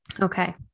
Okay